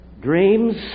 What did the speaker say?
dreams